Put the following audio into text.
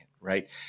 right